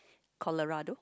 Colorado